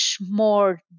more